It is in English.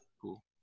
cool